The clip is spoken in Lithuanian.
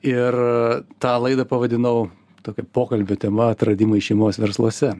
ir tą laidą pavadinau tokia pokalbių tema atradimai šeimos versluose